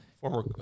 Former